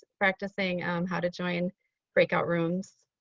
practicing how to join breakout rooms